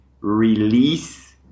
release